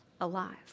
alive